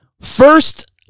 first